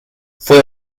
fue